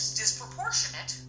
disproportionate